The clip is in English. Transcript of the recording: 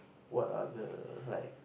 what are the like